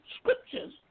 scriptures